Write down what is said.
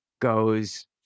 goes